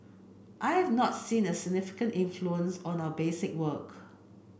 I have not seen a significant influence on our basic work